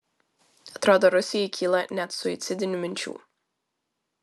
atrodo rusijai kyla net suicidinių minčių